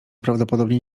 prawdopodobnie